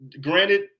Granted